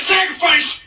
Sacrifice